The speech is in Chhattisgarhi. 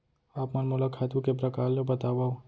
आप मन मोला खातू के प्रकार ल बतावव?